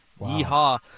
yeehaw